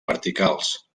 verticals